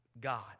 God